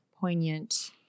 poignant